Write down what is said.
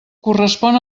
correspon